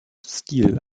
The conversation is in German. stil